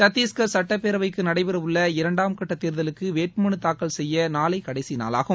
சத்தீஷ்கர் சட்டப்பேரவைக்கு நடைபெறவுள்ள இரண்டாம் கட்ட தேர்தலுக்கு வேட்பு மனு தாக்கல் செய்ய நாளை கடைசி நாளாகும்